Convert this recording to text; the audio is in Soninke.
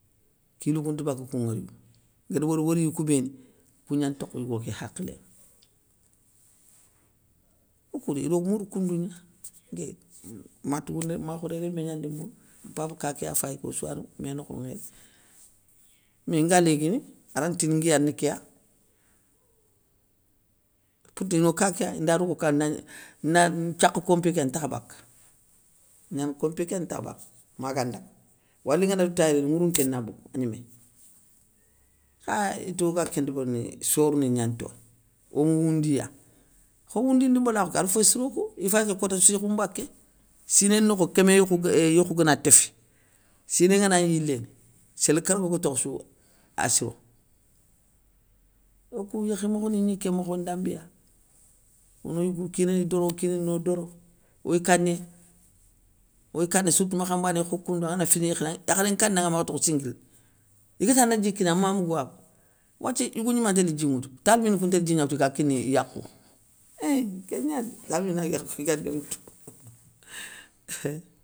Kilou koun nta baka koun ŋoriyou, guér wori woriyou kou béni, kougna ntokho yigo ké hakhilé ŋa. Okou dé ido mourou koundou gna matougouné, ma khoré rémé gnandi mourou, mpaba ka kéya fayi ké ossouane ménokhonŋa yéré. Mé nga léguini, arante tini nguiya ne kéya, pourti no ka kéya, nda dago ka na na nthiakha kompé ké ya ntakha baka, gnana kompé kéya ntakha baka maga ndaga, wali nganari tayogo. nŋwourounté na bogou agnémé. Kha ito ga kén ndébérini sorouni gnantoye, ome woundi ya, kho woundindi mbalakhou ké ar fo siro kou, ifay ké kotassou yékhou mbaké, siné nokho kémé yokhou gue yokhou gana téfi, siné ngana gni yiléné séli kargo ga tokhe sou, assiro, okou yékhi mokhoni gni kén mokho ndambéya, ono yigou kina ni doro o kinani no doro, oy kaniya, oy kana sourtou makhanbané, kho koundou angana fine yékhini, yakharé nkanaŋa maga tokho singuirini, iguéta na dji kiniya ama mouga ba, wathia yigou gnima ntélé dji ŋwoutou, talibou ni kou ntél dji gna woutou iga kini yakhounŋa, éiinn ké gnani dé talibouna yakhou iga dji nŋwooutou.